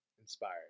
inspired